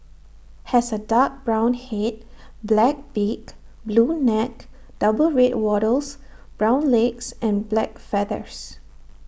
has A dark brown Head black beak blue neck double red wattles brown legs and black feathers